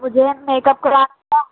مجھے makeup کرانا تھا